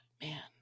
Man